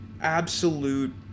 absolute